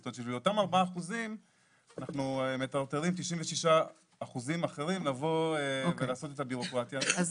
זאת אומרת שאנחנו מטרטרים 96% אחרים לבוא ולעשות את הביורוקרטיה הזאת.